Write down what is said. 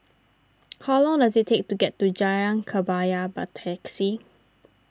how long does it take to get to Jalan Kebaya by taxi